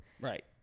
Right